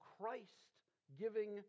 Christ-giving